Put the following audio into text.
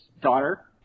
daughter